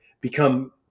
become